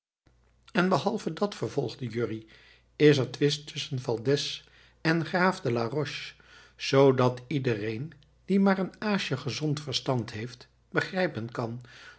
en behalve dat vervolgde jurrie is er twist tusschen valdez en graaf de la roche zoodat iedereen die maar een aasje gezond verstand heeft begrijpen kan